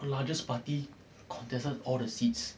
the largest party contested all the seats